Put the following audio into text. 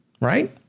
Right